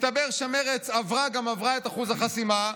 מסתבר שמרצ עברה גם עברה את אחוז החסימה,